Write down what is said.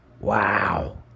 Wow